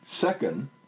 Second